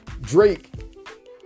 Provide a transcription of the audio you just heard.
Drake